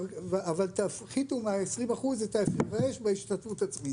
אבל צריך להפחית מה-20% את ההפרש בהשתתפות העצמית.